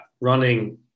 running